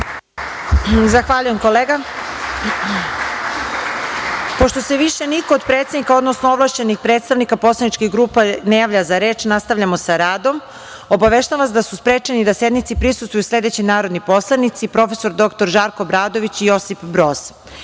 Zahvaljujem kolega. Pošto se više niko od predsednika, odnosno ovlašćenih predstavnika poslaničkih grupa ne javlja za reč, nastavljamo sa radom. Obaveštavam vas da su sprečeni da sednici prisustvuju sledeći narodni poslanici: prof. dr Žarko Obradović i Josip